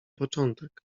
początek